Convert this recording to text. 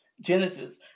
Genesis